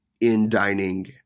in-dining